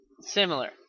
similar